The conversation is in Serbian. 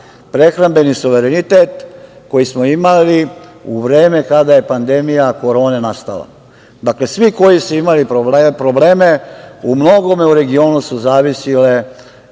prehrambeni suverenitet koji smo imali u vreme kada je pandemija korone nastala. Dakle, svi koji su imali probleme u regionu u mnogome su zavisile